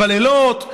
בלילות,